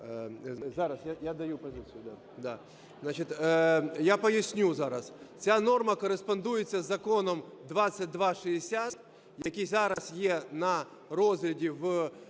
Я поясню зараз, ця норма кореспондується з Законом 2260, який зараз є на розгляді в